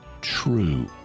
true